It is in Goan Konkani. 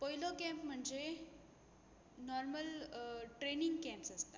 पयलो कँप म्हणजे नॉरमल ट्रेनींग कँप्स आसता